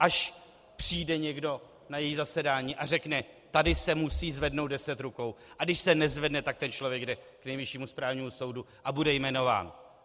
Až přijde někdo na její zasedání a řekne: Tady se musí zvednout 10 rukou, a když se nezvedne, tak ten člověk jde k Nejvyššímu správnímu soudu a bude jmenován.